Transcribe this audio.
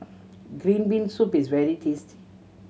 green bean soup is very tasty